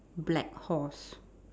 black horse